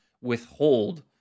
withhold